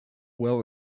well